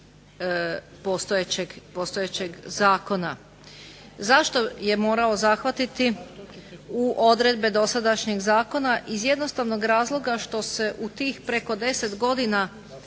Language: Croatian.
postojećeg zakona. Zašto je morao zahvatiti u odredbe dosadašnjeg zakona? Iz jednostavnog razloga što se u tih preko 10 godina